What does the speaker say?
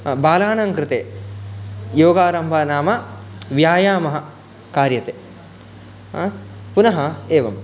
बालानाङ्कृते योगारम्भः नाम व्यायामः कार्यते पुनः एवं